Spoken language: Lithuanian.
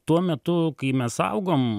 tuo metu kai mes augom